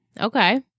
Okay